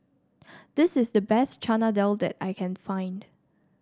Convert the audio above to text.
this is the best Chana Dal that I can find